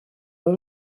oedd